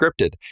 scripted